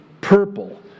Purple